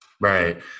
Right